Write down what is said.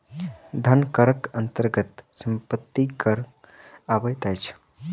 धन करक अन्तर्गत सम्पत्ति कर अबैत अछि